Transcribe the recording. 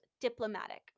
diplomatic